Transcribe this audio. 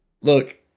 Look